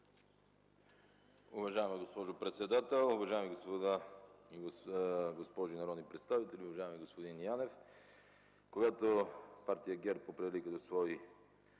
Уважаема госпожо председател, уважаеми госпожи и господа народни представители! Уважаеми господин Янев, когато Партия ГЕРБ определи като свой